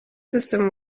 system